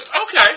Okay